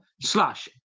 slash